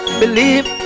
believe